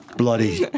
Bloody